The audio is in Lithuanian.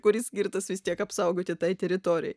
kuris skirtas vis tiek apsaugoti tai teritorijai